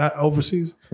overseas